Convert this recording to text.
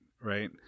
Right